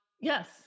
Yes